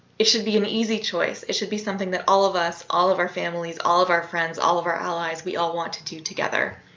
it should be an easy choice. it should be something that all of us, all of our families, all of our friends, all of our allies, he we all want to do together.